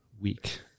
week